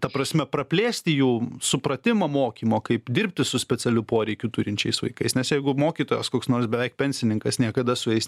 ta prasme praplėsti jų supratimą mokymo kaip dirbti su specialių poreikių turinčiais vaikais nes jeigu mokytojas koks nors beveik pensininkas niekada su jais